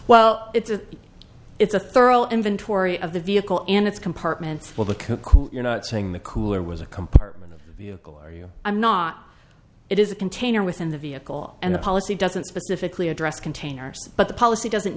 well it's a it's a thorough inventory of the vehicle and its compartment well the cuckoo you know saying the cooler was a compartment or you i'm not it is a container within the vehicle and the policy doesn't specifically address containers but the policy doesn't